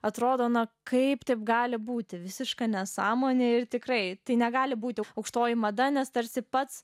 atrodo na kaip taip gali būti visiška nesąmonė ir tikrai tai negali būti aukštoji mada nes tarsi pats